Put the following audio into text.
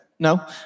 No